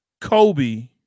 Kobe